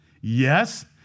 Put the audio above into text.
Yes